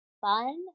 fun